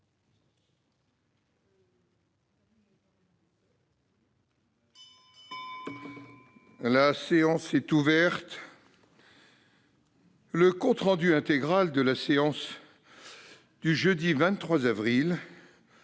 La séance est ouverte. Le compte rendu intégral de la séance du jeudi 23 avril